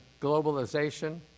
globalization